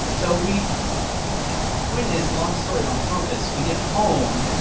so we point is, long story on purpose, we get home.